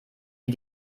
wie